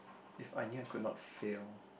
if I knew I could not fail